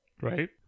Right